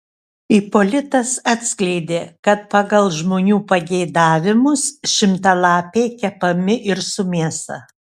ipolitas atskleidė kad pagal žmonių pageidavimus šimtalapiai kepami ir su mėsa